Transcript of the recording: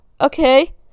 okay